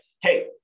hey